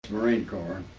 marine corps.